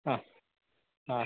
ಹಾಂ ಹಾಂ